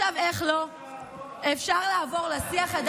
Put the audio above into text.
על כמה התייצב שער הדולר?